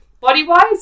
body-wise